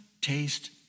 taste